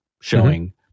showing